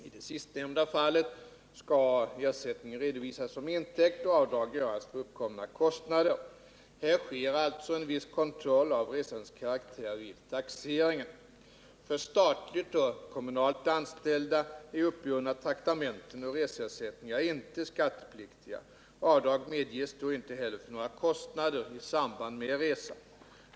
I det sistnämnda fallet skall ersättningen redovisas som intäkt och avdrag göras för uppkomna kostnader. Här sker alltså en viss kontroll av resans karaktär vid taxeringen. För statligt och kommunalt anställda är uppburna traktamenten och reseersättningar inte skattepliktiga. Avdrag medges då inte heller för några kostnader i samband med resan.